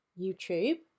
YouTube